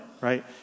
right